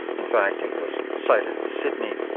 in fact it was sited in sydney,